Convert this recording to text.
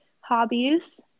hobbies